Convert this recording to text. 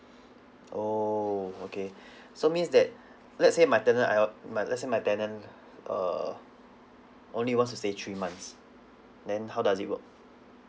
orh okay so means that let's say my tenant I on~ uh my let's say my tenant err only wants to stay three months then how does it work